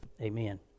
Amen